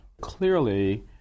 Clearly